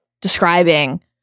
describing